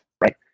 right